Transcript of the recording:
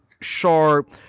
sharp